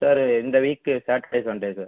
sir இந்த week Saturday Sunday sir